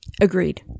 Agreed